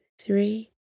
three